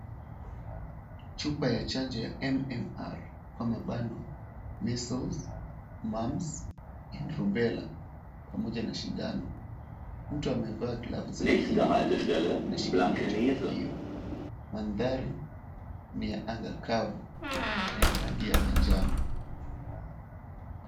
Chupa ya chanjo ya MMR kwa mabano measles mumps, and rubella pamoja na sindano. Mtu amevaa glavu za kinga anashikilia chupa hiyo. Mandhari ni ya anga kavu na rangi ya manjano.